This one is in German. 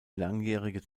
langjährige